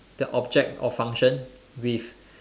the object or function with